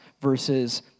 versus